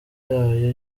yayo